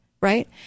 right